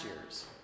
year's